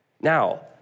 Now